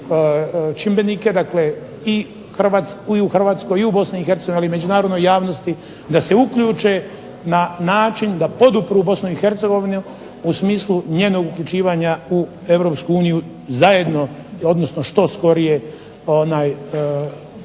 čimbenike i u Hrvatskoj i u BiH ali i međunarodnoj javnosti da se uključe na način da podupru BiH u smislu njenog uključivanja u EU zajedno odnosno što skorije